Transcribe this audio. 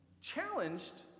challenged